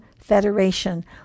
Federation